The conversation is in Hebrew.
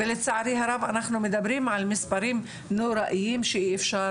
ולצערי הרב אנחנו מדברים על מספרים נוראיים שאי אפשר,